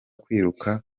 kwiruka